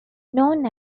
known